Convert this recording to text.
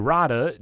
Rada